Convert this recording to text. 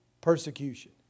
persecution